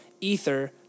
Ether